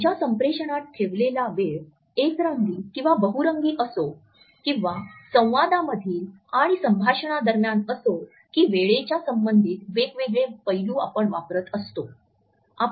आमच्या संप्रेषणात ठेवलेला वेळ एकरंगी किंवा बहुरंगी असो किंवा संवादांमधील आणि संभाषणांदरम्यान असो की वेळेच्या संबंधित वेगवेगळे पैलू आपण वापरत असतो